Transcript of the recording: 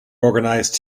organized